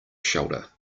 shoulder